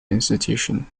institution